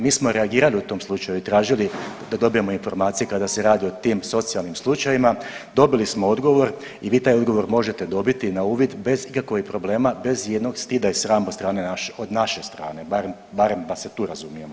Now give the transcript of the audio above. Mi smo reagirali u tom slučaju i tražili da dobijemo informacije kada se radi o tim socijalnim slučajevima, dobili smo odgovor i vi taj odgovor možete dobiti na uvid bez ikakvih problema, bez ijednog stida i srama od strane naše, od naše strane, barem, barem da se tu razumijemo.